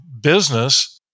business